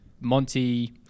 Monty